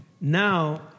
Now